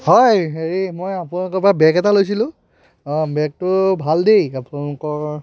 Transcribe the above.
হয় হেৰি মই আপোনাৰ তাৰ পৰা বেগ এটা লৈছিলোঁ বেগটো ভাল দেই আপোনলোকৰ